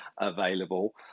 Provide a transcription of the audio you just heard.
available